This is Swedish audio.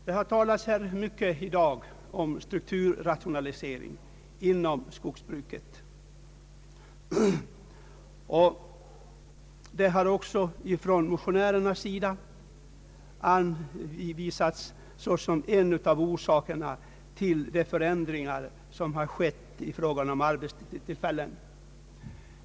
Här har talats mycket i dag om strukturrationalisering inom «skogsbruket, och motionärerna har också anvisat den som en av orsakerna till de förändringar som skett i fråga om arbetstillfällen.